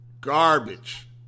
Garbage